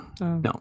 no